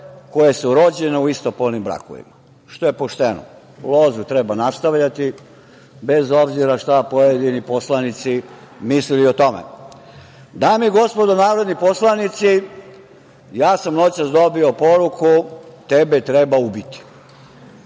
koje su rođene u istopolnim brakovima, što je pošteno. Lozu treba nastavljati, bez obzira šta pojedini poslanici mislili o tome. Dame i gospodo narodni poslanici, ja sam noćas dobio poruku – tebe treba ubiti.